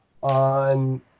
on